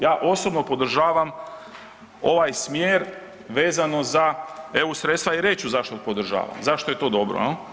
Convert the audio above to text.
Ja osobno podržavam ovaj smjer vezano za EU sredstva i reći ću zašto podržavam, zašto je to dobro.